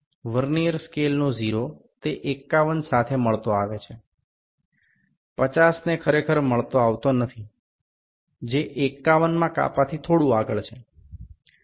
vernier સ્કેલનો 0 તે 51 સાથે મળતો આવે છે 50 ને ખરેખર મળતો આવતો નથી જે 51માં કાપાથી થોડું આગળ છે